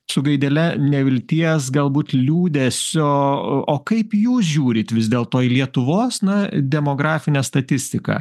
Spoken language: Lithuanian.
su gaidele nevilties galbūt liūdesio o kaip jūs žiūrit vis dėlto į lietuvos na demografinę statistiką